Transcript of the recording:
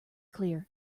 clear